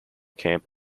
camp